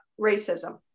racism